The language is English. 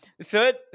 third